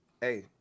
Hey